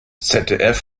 zdf